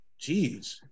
Jeez